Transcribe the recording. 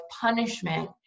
punishment